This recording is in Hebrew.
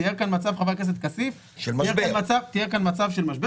חבר הכנסת כסיף תיאר כאן מצב של משבר